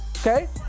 okay